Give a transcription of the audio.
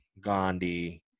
Gandhi